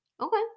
okay